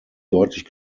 deutlich